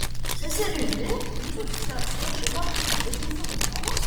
seserimi jūsų sesuo žino apie dvi jūsų žmonas